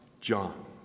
John